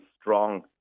strong